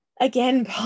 again